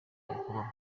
kubaho